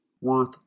worth